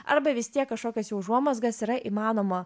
arba vis tiek kažkokias jau užuomazgas yra įmanoma